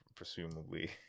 presumably